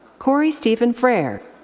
corey stephen fraer.